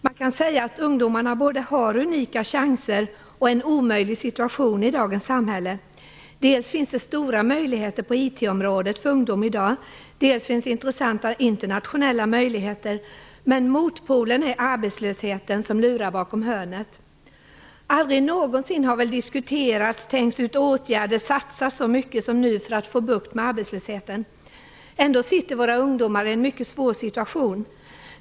Man kan säga att ungdomarna i dagens samhälle både har unika chanser och befinner sig i en omöjlig situation. Det finns dels stora möjligheter på IT-området för ungdom i dag, dels intressanta internationella möjligheter. Men motpolen är att arbetslösheten lurar bakom hörnet. Aldrig någonsin har det väl diskuterats, tänkts ut åtgärder och satsats så mycket som nu för att få bukt med arbetslösheten. Ändå sitter våra ungdomar i en mycket svår situation.